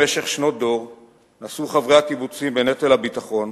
במשך שנות דור נשאו חברי הקיבוצים בנטל הביטחון,